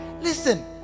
Listen